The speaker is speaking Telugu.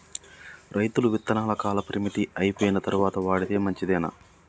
రైతులు విత్తనాల కాలపరిమితి అయిపోయిన తరువాత వాడితే మంచిదేనా?